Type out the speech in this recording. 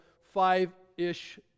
five-ish